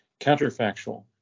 counterfactual